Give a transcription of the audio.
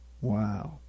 Wow